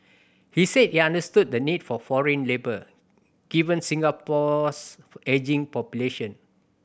he said he understood the need for foreign labour given Singapore's ageing population